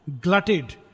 glutted